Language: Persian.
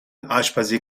آشپزی